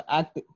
act